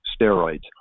steroids